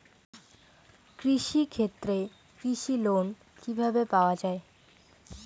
কৃষি ক্ষেত্রে কৃষি লোন কিভাবে পাওয়া য়ায়?